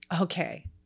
okay